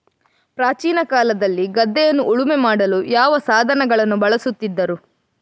ಪ್ರಾಚೀನ ಕಾಲದಲ್ಲಿ ಗದ್ದೆಯನ್ನು ಉಳುಮೆ ಮಾಡಲು ಯಾವ ಸಾಧನಗಳನ್ನು ಬಳಸುತ್ತಿದ್ದರು?